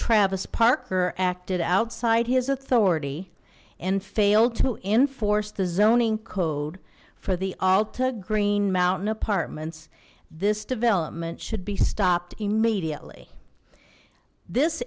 travis parker acted outside his authority and failed to enforce the zoning code for the altar green mountain apartments this development should be stopped immediately this